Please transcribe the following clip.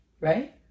right